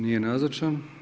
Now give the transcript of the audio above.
Nije nazočan.